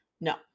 No